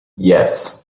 yes